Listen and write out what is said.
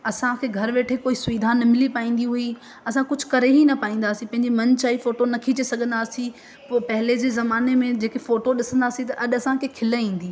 असां खे घरु वेठे कोई सुविधा न मिली पाईंदी हुई असां कुझु करे ई न पाईंदा हुआसीं पंहिंजे मन चाही फोटो न खींचे सघंदा हुआसीं पोइ पहले जे ज़माने में जेकी फोटो ॾिसंदा हुआसीं त अॼु जे ज़माने में असां खे खिल ईंदी